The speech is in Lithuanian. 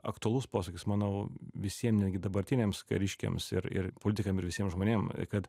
aktualus posakis manau visiem netgi dabartiniams kariškiams ir ir politikam ir visiem žmonėm kad